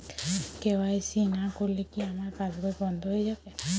KYC না করলে কি আমার পাশ বই বন্ধ হয়ে যাবে?